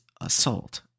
assault